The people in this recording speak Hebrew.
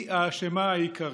היא האשמה העיקרית.